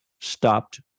stopped